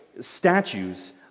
statues